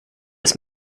ist